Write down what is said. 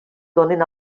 donen